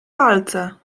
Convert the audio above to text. palce